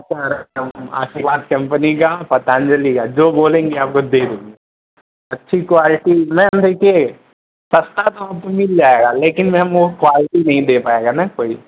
रखता हूँ आशीर्वाद कंपनी का पतांजली का जो बोलेंगी आपको दे दूँगा अच्छी क्वाल्टी मैम देखिए सस्ता तो हमको मिल जाएगा लेकिन मैम वह क्वाल्टी नहीं दे पाएगा मैम कोई